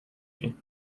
you